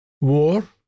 war